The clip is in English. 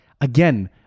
again